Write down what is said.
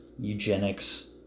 Eugenics